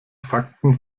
fakten